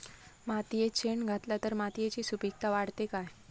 मातयेत शेण घातला तर मातयेची सुपीकता वाढते काय?